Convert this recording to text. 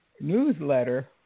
newsletter